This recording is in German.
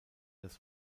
das